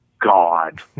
God